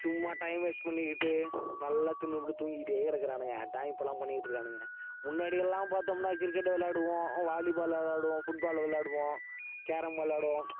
சும்மா time waste பண்ணிகிட்டு நல்லா தின்றுபுட்டு தூங்கிகிட்டே கிடக்குறானுங்க அதுதான் இப்போல்லாம் பண்ணிகிட்டு இருக்கானுங்க முன்னாடியெல்லாம் பார்த்தம்னா கிரிக்கெட்டு விளையாடுவோம் வாலி பால் விளையாடுவோம் ஃபுட் பால் விளையாடுவோம் கேரம் விளையாடுவோம்